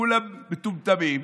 כולם מטומטמים,